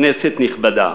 כנסת נכבדה,